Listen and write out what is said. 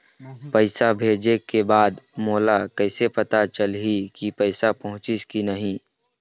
पैसा भेजे के बाद मोला कैसे पता चलही की पैसा पहुंचिस कि नहीं?